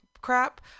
crap